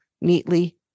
neatly